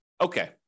okay